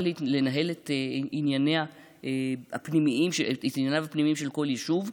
לנהל את ענייניו הפנימיים של כל יישוב.